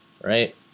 right